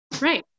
Right